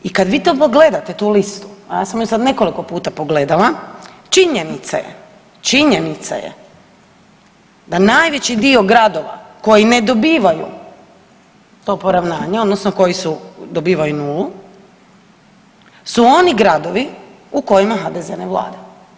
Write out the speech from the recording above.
I kad vi to pogledate tu listu, a sam ju sad nekoliko puta pogledala činjenica je, činjenica je da najveći dio gradova koji ne dobivaju to poravnanje odnosno koji su dobivaju nulu su oni gradovi u kojima HDZ ne vlada.